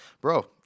Bro